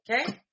Okay